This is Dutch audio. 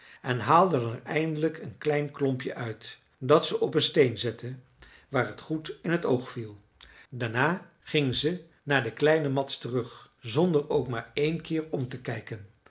en haalde er eindelijk een klein klompje uit dat ze op een steen zette waar het goed in t oog viel daarna ging ze naar den kleinen mads terug zonder ook maar één keer om te kijken